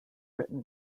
written